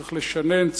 צריך לשנן,